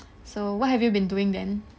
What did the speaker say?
so what have you been doing then